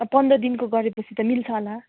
पन्ध्र दिनको गरे पछि त मिल्छ होला